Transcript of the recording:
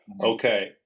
Okay